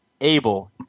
able